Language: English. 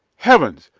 heavens!